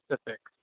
specifics